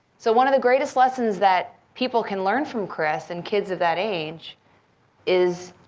so one of the greatest lessons that people can learn from chris and kids of that age is